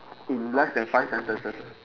in less than five sentences